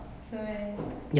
是 meh